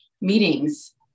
meetings